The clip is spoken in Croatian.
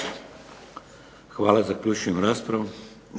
Hvala. Zaključujem raspravu.